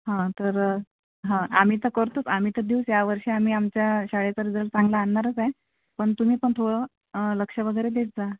हां तर आम्ही तर करतोच आम्ही तर देऊच या वर्षी आम्ही आमच्या शाळेचा रिझल्ट चांगला आणणारच आहे पण तुम्हीपण थोडं लक्ष वगैरे देत जा